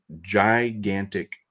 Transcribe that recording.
gigantic